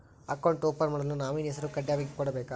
Account open ಮಾಡಲು nominee ಹೆಸರು ಕಡ್ಡಾಯವಾಗಿ ಕೊಡಬೇಕಾ?